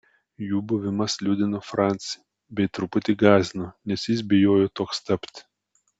jų buvimas liūdino francį bei truputį gąsdino nes jis bijojo toks tapti